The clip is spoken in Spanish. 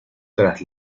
tras